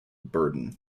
burden